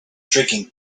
drinking